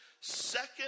Second